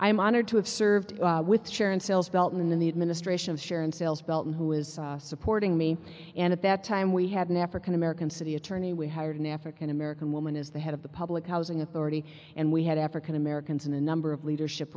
i'm honored to have served with sharon sales belt in the administration of sharon sales belton who is supporting me and at that time we had an african american city attorney we hired an african american woman is the head of the public housing authority and we had african americans in a number of leadership